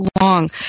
long